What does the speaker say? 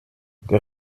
der